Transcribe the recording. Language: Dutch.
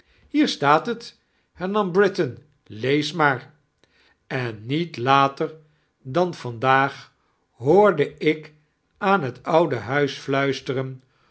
hier sitaat het hernam britain lees maar en niet later dan vandaag ho orde ik aan het oude huis fluisteiren